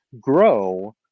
grow